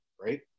right